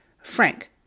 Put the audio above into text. Frank